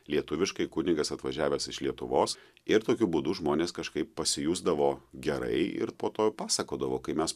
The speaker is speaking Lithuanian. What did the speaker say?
lietuviškai kunigas atvažiavęs iš lietuvos ir tokiu būdu žmonės kažkaip pasijusdavo gerai ir po to pasakodavo kai mes